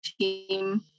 team